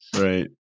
Right